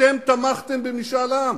אתם תמכתם במשאל עם,